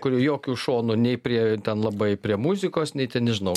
kuri jokiu šonu nei prie ten labai prie muzikos nei ten nežinau